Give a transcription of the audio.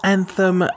Anthem